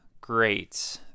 Great